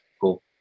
Cool